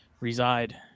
reside